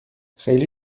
خیلی